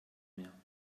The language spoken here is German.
mehr